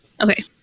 Okay